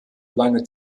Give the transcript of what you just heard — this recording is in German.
lange